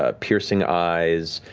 ah piercing eyes,